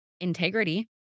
integrity